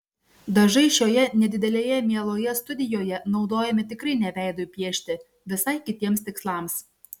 dažai šioje nedidelėje mieloje studijoje naudojami tikrai ne veidui piešti visai kitiems tikslams